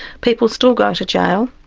people still go to jail,